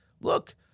look